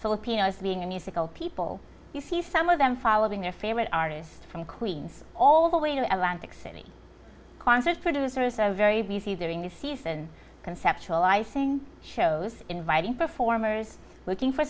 filipinos being a musical people you see some of them following their favorite artists from queens all the way to the atlanta city concert producers are very busy during the season conceptualizing shows inviting performers looking for